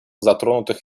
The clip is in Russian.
затронутых